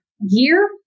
year